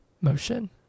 motion